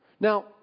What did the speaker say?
Now